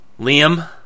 Liam